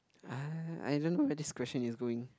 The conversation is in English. I I don't know where this question is going